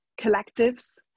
collectives